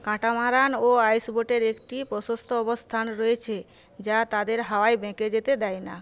catamaran ও আইসবোটের একটি প্রশস্ত অবস্থান রয়েছে যা তাদের হাওয়ায় বেঁকে যেতে দেয় না